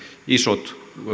isojen